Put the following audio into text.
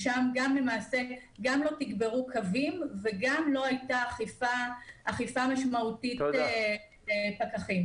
ששם לא תגברו קווים ולא הייתה אכיפה משמעותית של פקחים.